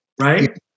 right